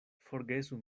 forgesu